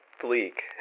bleak